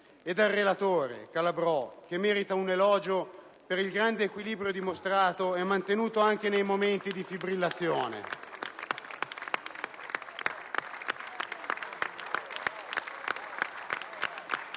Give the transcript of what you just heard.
al relatore Calabrò, che merita un elogio per il grande equilibrio dimostrato che ha mantenuto anche nei momenti di fibrillazione.